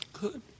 good